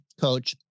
coach